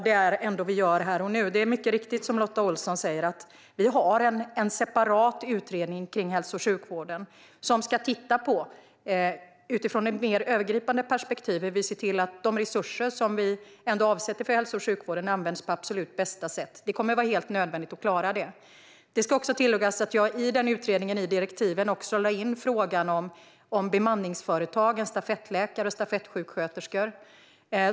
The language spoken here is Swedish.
Det är mycket riktigt, som Lotta Olsson säger, att vi har en separat utredning om hälso och sjukvården som utifrån ett mer övergripande perspektiv ska titta på hur de resurser som vi ändå avsätter för hälso och sjukvården används på absolut bästa sätt. Det kommer att vara helt nödvändigt att klara detta. Det ska också tilläggas att jag i direktiven till utredningen också har lagt in frågan om bemanningsföretag, stafettläkare och stafettsjuksköterskor.